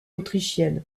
autrichienne